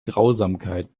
grausamkeit